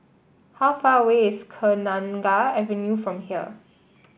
how far away is Kenanga Avenue from here